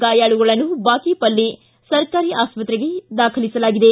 ಗಾಯಾಳುಗಳನ್ನು ಬಾಗೇಪಲ್ಲಿ ಸರ್ಕಾರಿ ಆಸ್ಪತ್ರೆಗೆ ದಾಖಲಿಸಲಾಗಿದೆ